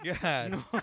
god